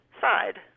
side